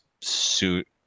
suit